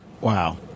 Wow